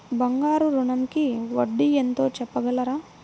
బంగారు ఋణంకి వడ్డీ ఎంతో చెప్పగలరా?